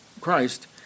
Christ